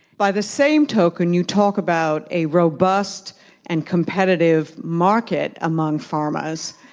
by the same token, you talk about a robust and competitive market among pharmas.